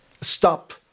stop